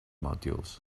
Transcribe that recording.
modules